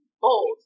bold